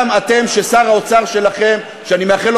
גם אתם, ששר האוצר שלכם, ואני מאחל לו